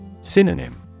Synonym